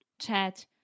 chat